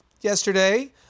yesterday